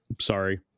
sorry